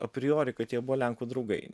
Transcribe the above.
apriorini kad jie buvo lenkų draugai